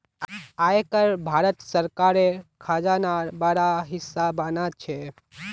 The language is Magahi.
आय कर भारत सरकारेर खजानार बड़ा हिस्सा बना छे